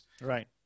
right